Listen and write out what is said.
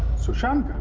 sushant?